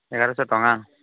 ଏଗାରଶହ ଟଙ୍କା